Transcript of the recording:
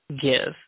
give